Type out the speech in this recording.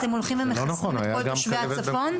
אתם הולכים ומחסנים את כל תושבי הצפון?